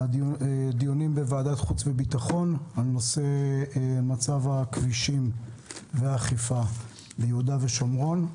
דיונים בוועדת החוץ והביטחון בנושא מצב הכבישים והאכיפה ביהודה ושומרון,